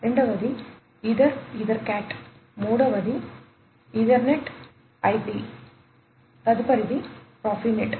రెండవది ether EtherCAT